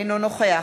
אינו נוכח